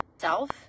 self